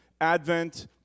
Advent